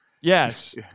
Yes